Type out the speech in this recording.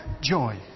joy